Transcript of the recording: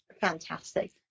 Fantastic